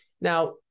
now